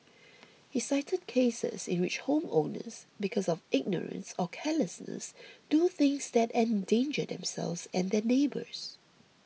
he cited cases in which homeowners because of ignorance or carelessness do things that endanger themselves and their neighbours